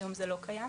היום זה לא קיים.